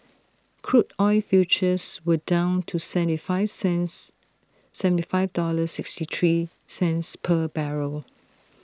crude oil futures were down to seventy five cents seventy five dollars sixty three cents per barrel